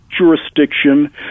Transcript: jurisdiction